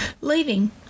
leaving